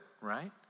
right